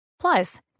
Plus